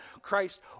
Christ